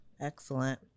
Excellent